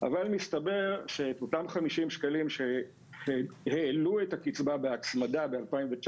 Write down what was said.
אבל מסתבר שאת אותם 50 שקלים שהעלו את הקצבה בהצמדה ב-2019,